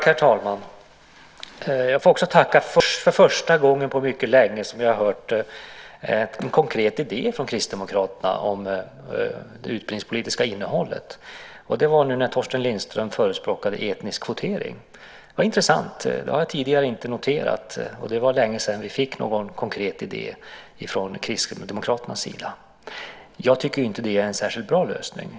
Herr talman! Jag får också tacka. Det är första gången på mycket länge som jag hört en konkret idé från Kristdemokraterna om det utbildningspolitiska innehållet. Det var nu när Torsten Lindström förespråkade etnisk kvotering. Det var intressant. Det har jag tidigare inte noterat. Det var längesedan vi fick någon konkret idé från Kristdemokraternas sida. Jag tycker inte att det är en särskilt bra lösning.